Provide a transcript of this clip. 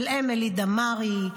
של אמילי דמארי,